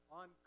on